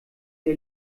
der